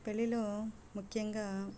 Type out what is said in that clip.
పెళ్ళిలో ముఖ్యంగా